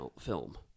film